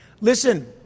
Listen